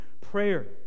Prayer